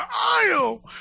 aisle